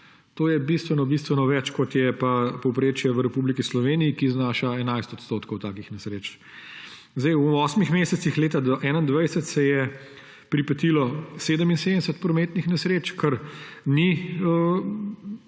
To je bistveno bistveno več, kot je pa povprečje v Republiki Sloveniji, ki znaša 11 % takih nesreč. V osmih mesecih leta 2021 se je pripetilo 77 prometnih nesreč, kar ni